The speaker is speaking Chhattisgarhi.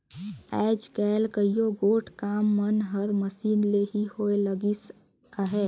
आएज काएल कइयो गोट काम मन हर मसीन ले ही होए लगिस अहे